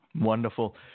Wonderful